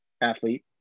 athlete